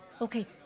okay